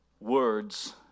words